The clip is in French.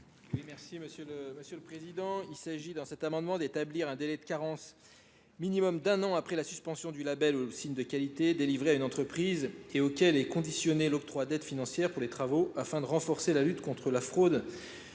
Oui, merci, monsieur le Président. Il s'agit dans cet amendement d'établir un délai de carence. délai de carence minimum d'un an après la suspension du label au signe de qualité délivré à une entreprise et auquel est conditionné l'octroi d'aide financière pour les travaux afin de renforcer la lutte contre la fraude